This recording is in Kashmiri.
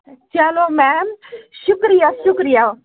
چلو میم شُکرِیا شُکرِیا